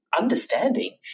Understanding